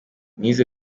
nize